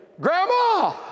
Grandma